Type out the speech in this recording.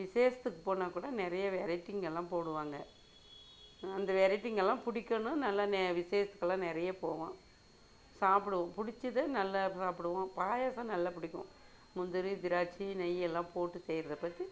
விசேஷத்துக்குப் போனால் கூட நிறைய வெரைட்டிங்கெல்லாம் போடுவாங்க அந்த வெரைட்டிங்கெல்லாம் பிடிக்கன்னு நல்ல ந விசேஷத்துக்கெல்லாம் நிறையா போவோம் சாப்பிடுவோம் பிடிச்சத நல்ல சாப்பிடுவோம் பாயாசம் நல்லா பிடிக்கும் முந்திரி திராட்சை நெய்யெல்லாம் போட்டு செய்கிறதுக்கு